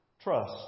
trust